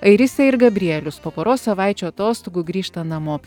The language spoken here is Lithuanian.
airisė ir gabrielius po poros savaičių atostogų grįžta namo